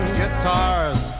guitars